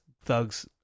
thug's